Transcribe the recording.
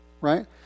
Right